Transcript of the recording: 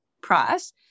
price